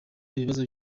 ibibazo